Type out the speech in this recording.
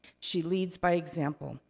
she leads by example.